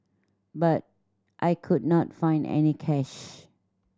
but I could not find any cash